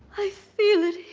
i feel that